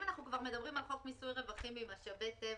אם אנחנו כבר מדברים על חוק מיסוי רווחים ממשאבי טבע,